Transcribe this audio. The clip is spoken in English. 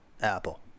Apple